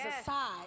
aside